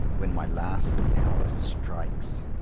when my last hour strikes.